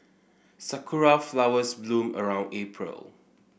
sakura flowers bloom around April